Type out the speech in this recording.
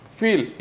feel